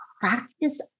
practice